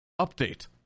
Update